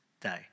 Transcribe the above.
Day